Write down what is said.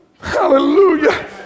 Hallelujah